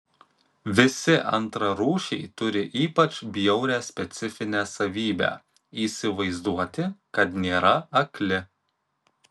visi antrarūšiai turi ypač bjaurią specifinę savybę įsivaizduoti kad nėra akli